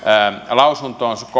lausuntoon